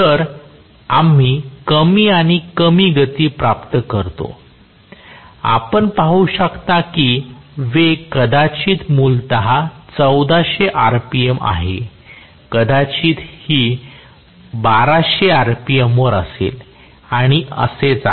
तर आम्ही कमी आणि कमी गती प्राप्त करतो आपण पाहू शकता की वेग कदाचित मूलतः 1400 rpm आहे कदाचित ही 1200 rpm वर असेल आणि असेच आहे